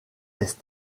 est